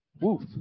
Woof